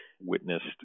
witnessed